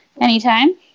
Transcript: Anytime